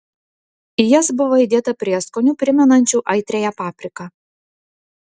į jas buvo įdėta prieskonių primenančių aitriąją papriką